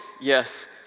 yes